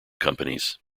companies